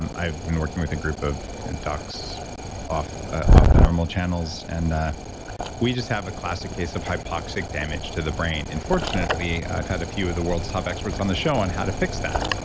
and i've been working with a group of docs off ah off the normal channels and we just have a classic case of hypoxic damage to the brain. and fortunately, i've had a few of the world's top experts on the show on how to fix that.